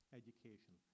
education